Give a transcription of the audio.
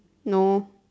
no